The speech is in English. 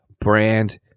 brand